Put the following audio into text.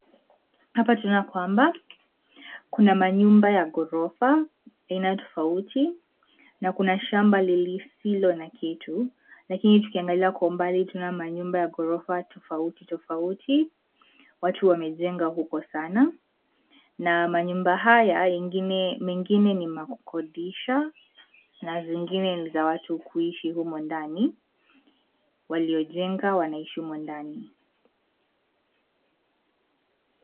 Hapa tunaona kwamba, kuna manyumba ya ghorofa, aina tofauti, na kuna shamba lisilo na kitu, lakini tukiangalia kwa umbali tunaona manyumba ya ghorofa tofauti tofauti, watu wamejenga huko sana, na manyumba haya mengine ni makukodisha, na zingine ni za watu kuishi humo ndani, waliojenga wanaishi humo ndani.